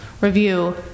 review